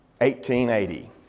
1880